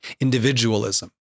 individualism